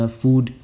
food